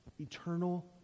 eternal